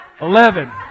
eleven